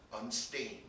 unstained